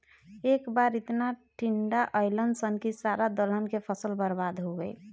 ए बार एतना टिड्डा अईलन सन की सारा दलहन के फसल बर्बाद हो गईल